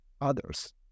others